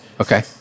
Okay